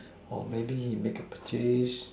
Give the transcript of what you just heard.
or maybe he make a purchase